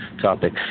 topic